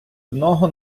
одного